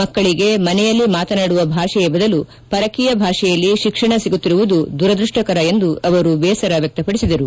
ಮಕ್ಕಳಿಗೆ ಮನೆಯಲ್ಲಿ ಮಾತನಾಡುವ ಭಾಷೆಯ ಬದಲು ಪರಕೀಯ ಭಾಷೆಯಲ್ಲಿ ಶಿಕ್ಷಣ ಸಿಗುತ್ತಿರುವುದು ದುರದೃಷ್ಟಕರ ಎಂದು ಅವರು ಬೇಸರ ವ್ಯಕ್ತಪಡಿಸಿದರು